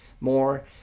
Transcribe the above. more